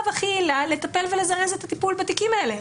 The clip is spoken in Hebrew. ויעילה לטפל ולזרז את הטיפול בתיקים האלה.